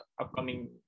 upcoming